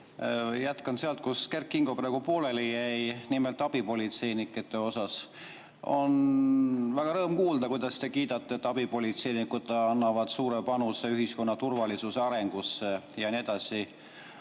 Jätkan sealt, kus Kert Kingo jutt pooleli jäi, nimelt abipolitseinikest. On rõõm kuulda, kuidas te kiidate, et abipolitseinikud annavad suure panuse ühiskonna turvalisuse arengusse, ja nii edasi.